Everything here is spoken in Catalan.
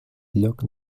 lloc